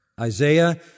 Isaiah